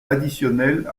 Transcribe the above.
additionnel